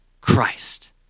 Christ